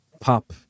pop